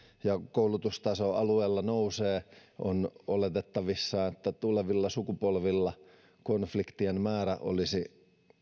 ja koulutustaso alueella nousee on mielestäni oletettavissa että tulevilla sukupolvilla konfliktien määrä olisi